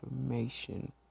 information